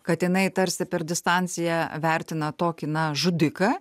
kad jinai tarsi per distanciją vertina tokį na žudiką